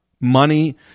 money